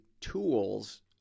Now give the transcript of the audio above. tools